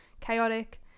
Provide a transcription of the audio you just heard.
chaotic